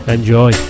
Enjoy